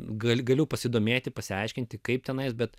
galiu pasidomėti pasiaiškinti kaip tenai bet